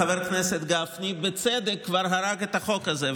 חבר הכנסת גפני בצדק כבר הרג את החוק הזה,